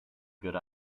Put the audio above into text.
good